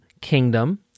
kingdom